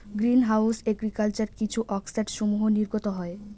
green house agriculture কিছু অক্সাইডসমূহ নির্গত হয়